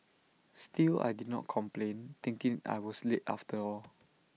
still I did not complain thinking I was late after all